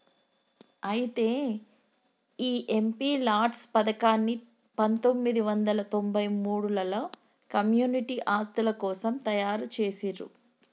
అయితే ఈ MP LADS పథకాన్ని పందొమ్మిది వందల తొంభై మూడులలో కమ్యూనిటీ ఆస్తుల కోసం తయారు జేసిర్రు